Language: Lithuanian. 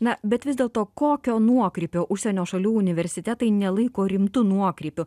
na bet vis dėlto kokio nuokrypio užsienio šalių universitetai nelaiko rimtu nuokrypiu